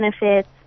benefits